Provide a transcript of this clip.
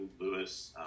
Lewis